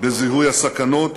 בזיהוי הסכנות,